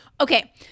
Okay